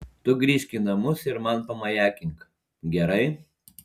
tu grįžk į namus ir man pamajakink gerai